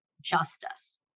justice